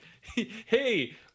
Hey